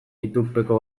itunpeko